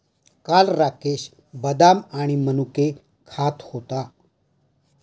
काल राकेश बदाम आणि मनुके खात होता